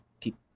keep